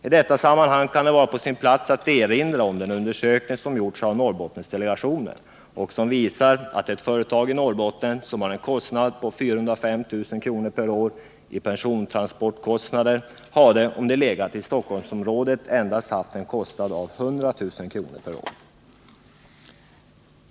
I detta sammanhang kan det vara på sin plats att erinra om den undersökning som gjorts av Norrbottensdelegationen och som visar att ett företag i Norrbotten, som har en kostnad på 405 000 kr. per år i persontransportkostnader, om det legat i Stockholmsområdet hade haft en kostnad på endast 100 000 kr. per år.